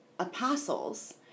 Apostles